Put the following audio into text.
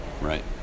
Right